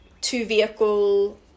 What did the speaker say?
two-vehicle